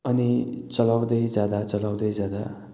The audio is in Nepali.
अनि चलाउँदै जाँदा चलाउँदै जाँदा